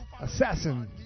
Assassin